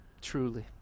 Truly